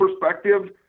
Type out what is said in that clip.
perspective